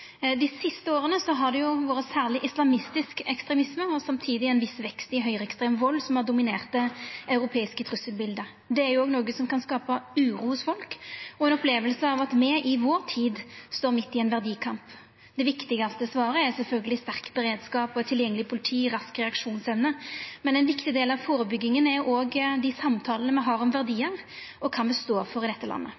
Dei siste åra har det vore særleg islamistisk ekstremisme og samtidig ein viss vekst i høgreekstrem vald som har dominert det europeiske trusselbildet. Det er jo noko som kan skapa uro hos folk, og ei oppleving av at me i vår tid står midt i ein verdikamp. Det viktigaste svaret er sjølvsagt sterk beredskap, tilgjengeleg politi og rask reaksjonsevne, men ei viktig del av førebygginga er òg dei samtalene me har om